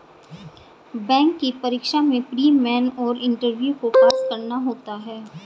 bank की परीक्षा में प्री, मेन और इंटरव्यू को पास करना होता है